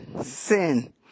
sin